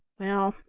well,